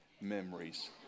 memories